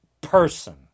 person